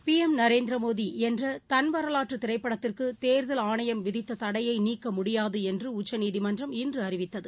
பிஸ் நரேந்திரமோடிஎன்றதன் வரலாற்றுதிரைப்படத்திற்குதேர்தல் ஆணையம் விதித்ததடையைநீக்கமுடியாதுஎன்றுஉச்சநீதிமன்றம் இன்றுஅறிவித்தது